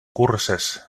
curses